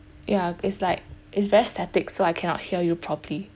ya is like it's very static so I cannot hear you properly